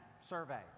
survey